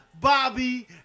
Bobby